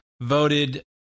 voted